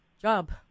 job